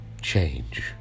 change